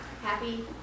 Happy